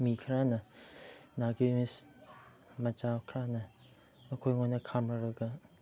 ꯃꯤ ꯈꯔꯅ ꯅꯥꯒꯦꯔꯤꯁ ꯃꯆꯥ ꯈꯔꯅ ꯑꯩꯈꯣꯏ ꯑꯩꯉꯣꯟꯗ ꯈꯥꯝꯃꯛꯂꯒ